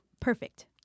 perfect